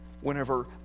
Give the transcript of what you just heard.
whenever